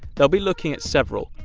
they'll be looking at several,